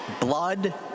blood